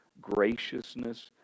graciousness